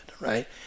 right